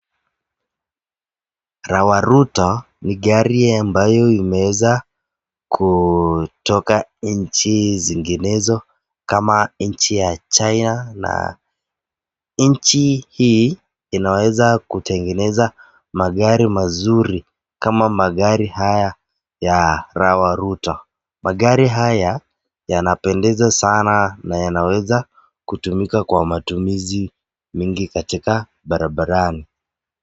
Rawaruta ni gari ambayo imeweza kutoka nchi zinginezo, kama nchi ya China. Na nchi hii inaweza kutengeneza magari mazuri kama magari haya ya Rawaruta. Magari haya yanapendeza sana na yanaweza kutumika kwa matumizi mengi katika barabarani.